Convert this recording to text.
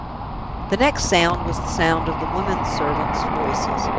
the next sound was the sound of the women-servants' voices.